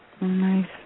Nice